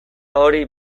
hori